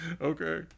okay